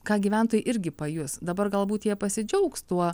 ką gyventojai irgi pajus dabar galbūt jie pasidžiaugs tuo